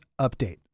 update